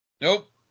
Nope